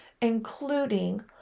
including